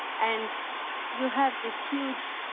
and you have these huge,